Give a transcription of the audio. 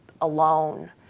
alone